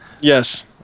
Yes